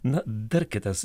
na dar kitas